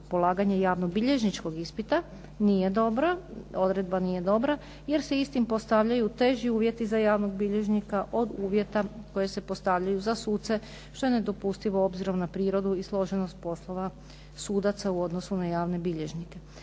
polaganje javnobilježničkog ispita nije dobro, odredba nije dobra jer se istim postavljaju teži uvjeti za javnog bilježnika od uvjeta koji se postavljaju za suce što je nedopustivo obzirom na prirodu i složenost poslova sudaca u odnosu na javne bilježnike.